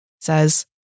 says